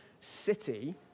city